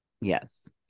Yes